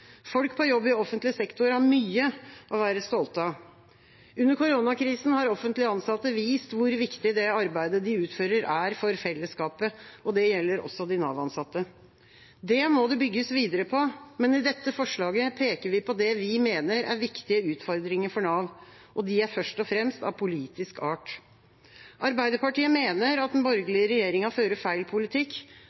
Folk på jobb i offentlig sektor har mye å være stolt av. Under koronakrisen har offentlig ansatte vist hvor viktig det arbeidet de utfører, er for fellesskapet. Det gjelder også de Nav-ansatte. Det må det bygges videre på, men i dette forslaget peker vi på det vi mener er viktige utfordringer for Nav. De er først og fremst av politisk art. Arbeiderpartiet mener at den borgerlige regjeringa fører feil politikk.